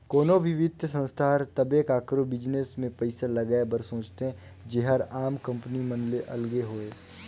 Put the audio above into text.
कोनो भी बित्तीय संस्था हर तबे काकरो बिजनेस में पइसा लगाए बर सोंचथे जेहर आम कंपनी मन ले अलगे होए